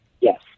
Yes